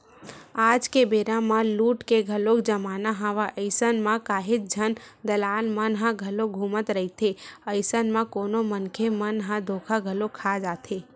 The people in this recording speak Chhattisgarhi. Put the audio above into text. आज के बेरा म लूट के घलोक जमाना हवय अइसन म काहेच झन दलाल मन ह घलोक घूमत रहिथे, अइसन म कोनो मनखे मन ह धोखा घलो खा जाथे